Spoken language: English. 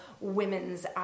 women's